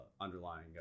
underlying